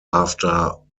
after